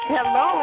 Hello